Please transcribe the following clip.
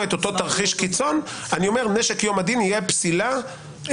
זאת אני אומר שנשק יום הדין יהיה פסילה אמיתית.